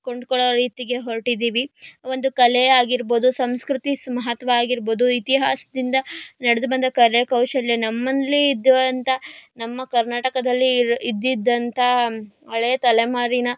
ಕೊಂಡುಕೊಳ್ಳೋ ರೀತಿಗೆ ಹೊರಟಿದ್ದೀವಿ ಒಂದು ಕಲೆಯಾಗಿರ್ಬೋದು ಸಂಸ್ಕೃತಿ ಸ್ ಮಹತ್ವ ಆಗಿರ್ಬೋದು ಇತಿಹಾಸದಿಂದ ನಡೆದು ಬಂದ ಕಲೆ ಕೌಶಲ್ಯ ನಮ್ಮಲ್ಲಿದ್ದಂಥ ನಮ್ಮ ಕರ್ನಾಟಕದಲ್ಲಿ ಇರ್ ಇದ್ದಿದ್ದಂಥ ಹಳೆ ತಲೆಮಾರಿನ